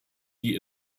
die